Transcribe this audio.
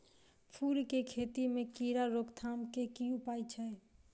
फूल केँ खेती मे कीड़ा रोकथाम केँ की उपाय छै?